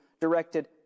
directed